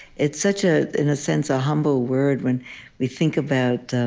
it's such, ah in a sense, a humble word when we think about